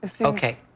Okay